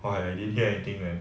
!wah! I didn't hear anything leh